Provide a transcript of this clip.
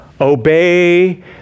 Obey